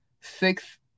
Six